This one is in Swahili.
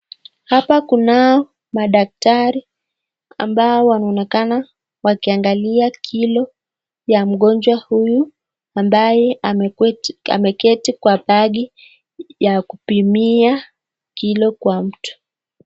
Hapa kunao madaktari ambao wanaonekana wakiangalia kilo ya mgonjwa huyu ambaye ameketi kwa padi ya kupimia kilo kwa mtu.